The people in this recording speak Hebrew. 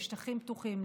לשטחים פתוחים,